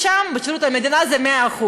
בשירות המדינה ששם העולים החדשים הם 100%?